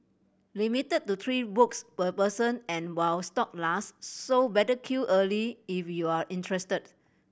limited to three books per person and while stock last so better queue early if you're interested